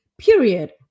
period